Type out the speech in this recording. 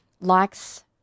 likes